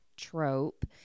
trope